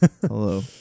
Hello